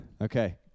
Okay